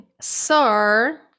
Sir